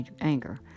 anger